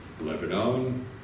Lebanon